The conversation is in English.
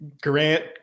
Grant